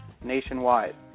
nationwide